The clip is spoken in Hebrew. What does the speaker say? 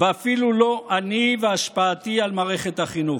ואפילו לא אני והשפעתי על מערכת החינוך.